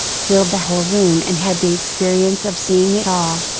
filled the whole room and had the experience of seeing it all,